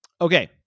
Okay